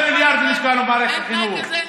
אין תנאי כזה?